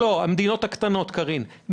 קרין,